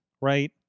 right